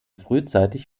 frühzeitig